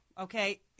okay